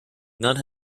none